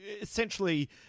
essentially